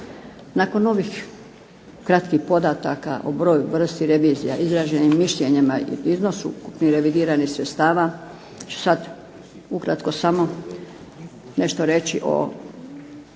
Nakon ovih kratkih podataka o broju, vrsti revizija, izraženim mišljenjima i iznosu ukupno revidiranih sredstava sad ukratko samo nešto reći o